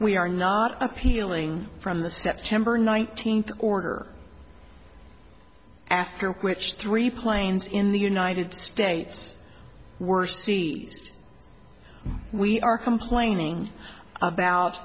we are not appealing from the september nineteenth order after which three planes in the united states were seized we are complaining about